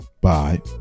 Bye